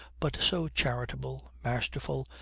but so charitable, masterful,